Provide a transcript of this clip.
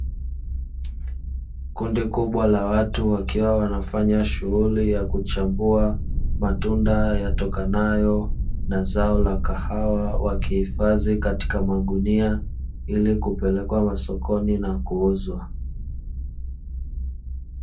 Kundi kubwa la watu wakiwa wanafanya shughuli ya kuchambua matunda yatokanayo na zao la kahawa wakihifadhi katika magunia ili kupelekwa masokokoni na kuuzwa.